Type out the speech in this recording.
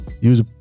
Use